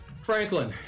Franklin